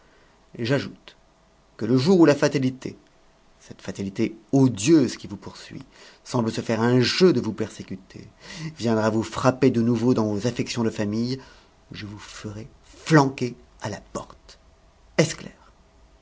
j'ajoute que le jour où la fatalité cette fatalité odieuse qui vous poursuit semble se faire un jeu de vous persécuter viendra vous frapper de nouveau dans vos affections de famille je vous ferai flanquer à la porte est-ce clair